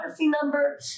number